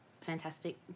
fantastic